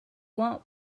want